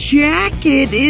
jacket